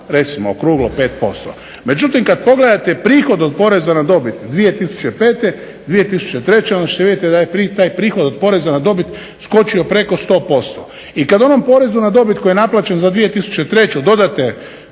recimo okruglo 5%, međutim kad pogledate prihod od poreza na dobit 2005., 2003. onda ćete vidjeti da je taj prihod od poreza na dobit skočio preko 100%. I kad onom porezu na dobit koji je naplaćen za 2003. dodate